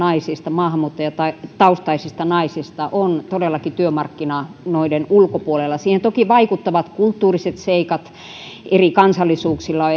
maahanmuuttajataustaisesta naisesta on todellakin työmarkkinoiden ulkopuolella siihen toki vaikuttavat kulttuuriset seikat eri kansallisuuksilla